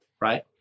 right